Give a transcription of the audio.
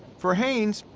for haynes,